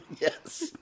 Yes